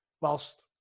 whilst